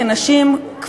כנשים,